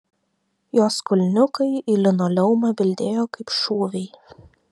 jos kulniukai į linoleumą bildėjo kaip šūviai